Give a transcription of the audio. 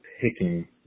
picking